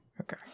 Okay